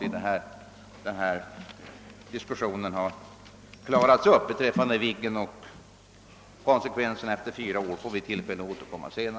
Därmed hoppas jag att missförståndet har klarats upp. Till Viggenbeslutet och dess konsekvenser efter fyra år får vi tillfälle att återkomma.